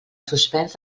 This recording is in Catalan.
suspens